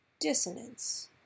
Dissonance